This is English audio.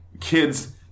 kids